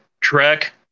Trek